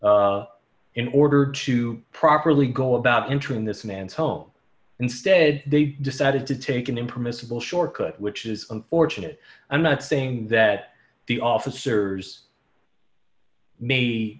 door in order to properly go about entering this man's home instead they decided to take an impermissible shortcut which is unfortunate i'm not saying that the officers may